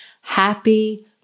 happy